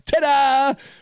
ta-da